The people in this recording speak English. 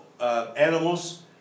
animals